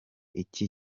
iki